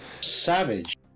Savage